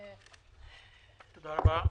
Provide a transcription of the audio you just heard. תודה רבה.